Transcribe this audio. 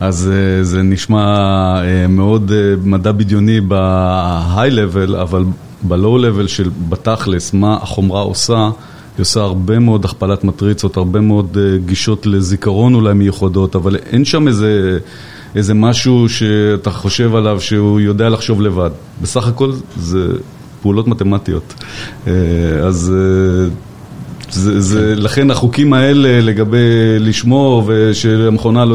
אז זה נשמע מאוד מדע בדיוני בהיי-לבל, אבל בלואו-לבל של בתכל'ס, מה החומרה עושה - היא עושה הרבה מאוד הכפלת מטריצות, הרבה מאוד גישות לזיכרון אולי מיוחדות, אבל אין שם איזה משהו שאתה חושב עליו שהוא יודע לחשוב לבד, בסך הכול זה פעולות מתמטיות. אז זה, זה... לכן החוקים האלה לגבי לשמור ושהמכונה לא...